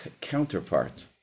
counterpart